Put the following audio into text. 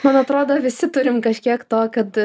man atrodo visi turim kažkiek to kad